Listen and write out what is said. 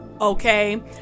Okay